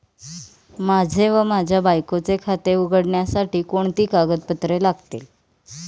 माझे व माझ्या बायकोचे खाते उघडण्यासाठी कोणती कागदपत्रे लागतील?